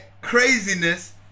craziness